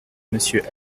monsieur